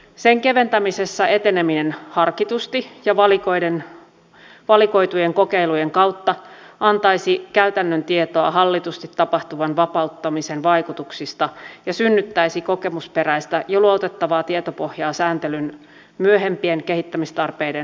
sen keventämisessä eteneminen harkitusti ja valikoitujen kokeilujen kautta antaisi käytännön tietoa hallitusti tapahtuvan vapauttamisen vaikutuksista ja synnyttäisi kokemusperäistä ja luotettavaa tietopohjaa sääntelyn myöhempien kehittämistarpeiden hahmottamiseksi